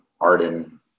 Arden